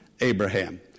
abraham